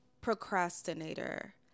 procrastinator